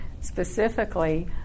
specifically